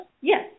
Yes